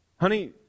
Honey